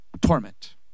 Torment